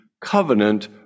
covenant